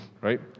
right